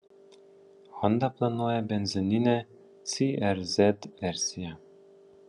honda planuoja benzininę cr z versiją